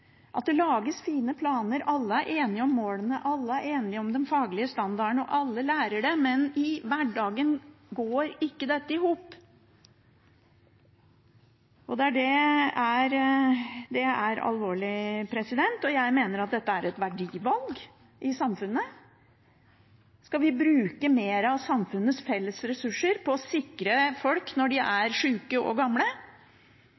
enige om målene, alle er enige om de faglige standardene, og alle lærer det, men i hverdagen går ikke dette i hop. Det er alvorlig. Jeg mener at dette er et verdivalg i samfunnet. Skal vi bruke mer av samfunnets felles ressurser på å sikre folk når de